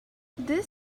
this